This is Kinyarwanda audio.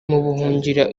buhungiro